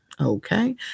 Okay